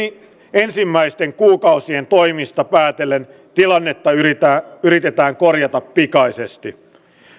ensimmäisten kuukausien toimista päätellen tilannetta yritetään korjata pikaisesti